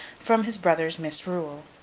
from his brother's misrule.